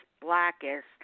blackest